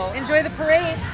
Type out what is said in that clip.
enjoy the parade